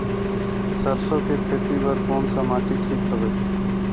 सरसो के खेती बार कोन सा माटी ठीक हवे?